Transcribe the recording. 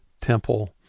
temple